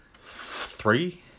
Three